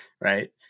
right